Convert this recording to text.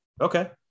Okay